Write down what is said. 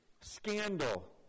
Scandal